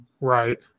Right